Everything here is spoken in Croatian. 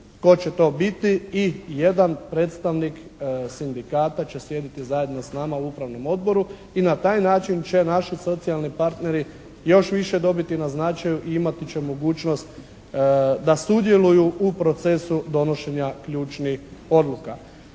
tko će to biti i jedan predstavnik sindikata će sjediti zajedno s nama u Upravnom odboru i na taj način će naši socijalni partneri još više dobiti na značaju i imati će mogućnost da sudjeluju u procesu donošenja ključnih odluka.